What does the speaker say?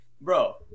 bro